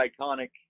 iconic